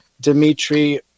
Dmitry